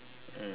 so